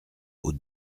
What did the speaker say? aux